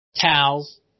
towels